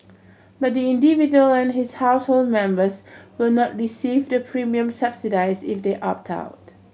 but the individual and his household members will not receive the premium subsidies if they opt out